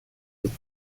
with